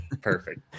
perfect